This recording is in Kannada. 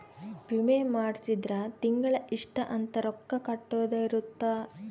ವಿಮೆ ಮಾಡ್ಸಿದ್ರ ತಿಂಗಳ ಇಷ್ಟ ಅಂತ ರೊಕ್ಕ ಕಟ್ಟೊದ ಇರುತ್ತ